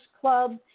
club